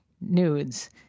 nudes